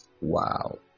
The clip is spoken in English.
wow